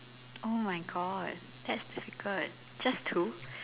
oh my god that's difficult just two